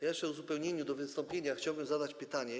Ja jeszcze w uzupełnieniu do wystąpienia chciałbym zadać pytanie.